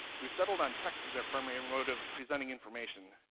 we've settled on text as our primary and mode of presenting information.